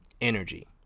energy